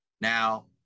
Now